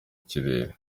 kirere